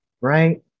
right